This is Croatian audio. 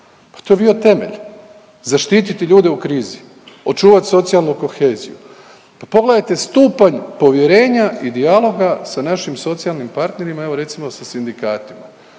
to je bio temelj, zaštiti ljude u krizi, očuvati socijalnu koheziju, pa pogledajte stupanj povjerenja i dijaloga sa našim socijalnim partnerima, evo recimo sa sindikatima.